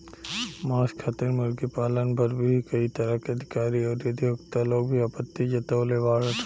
मांस खातिर मुर्गी पालन पर भी कई तरह के अधिकारी अउरी अधिवक्ता लोग भी आपत्ति जतवले बाड़न